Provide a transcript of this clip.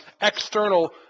external